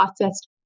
processed